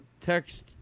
Text